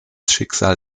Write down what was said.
schicksal